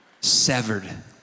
severed